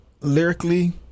lyrically